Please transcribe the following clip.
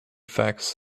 facts